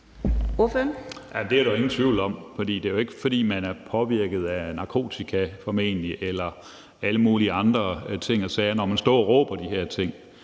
det er der ingen tvivl om, for det er jo formentlig ikke, fordi man er påvirket af narkotika eller alle mulige andre ting